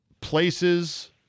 places